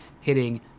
hitting